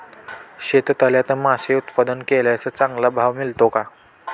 शेततळ्यात मासे उत्पादन केल्यास चांगला भाव मिळतो का?